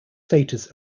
status